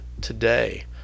today